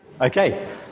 Okay